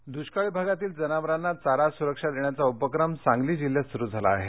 सांगली दृष्काळी भागातील जनावरांना चारा सुरक्षा देण्याचा उपक्रम सांगली जिल्ह्यात सुरू झाला आहे